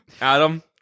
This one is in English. Adam